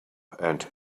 and